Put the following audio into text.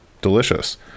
delicious